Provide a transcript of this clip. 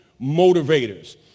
motivators